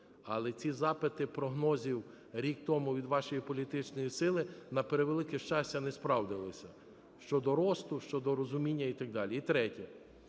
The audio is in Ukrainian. але ці запити прогнозів рік тому від вашої політичної сили, на превелике щастя, не справдилися щодо росту, щодо розуміння і так далі. І третє.